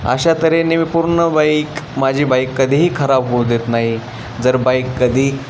अशा तऱ्हेने मी पूर्ण बाईक माझी बाईक कधीही खराब होऊ देत नाही जर बाईक कधी